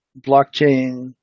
blockchain